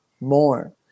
more